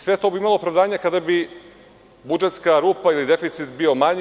Sve to bi imalo opravdanje kada bi budžetska rupa ili deficit bio manji.